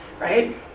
Right